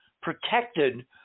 protected